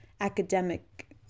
academic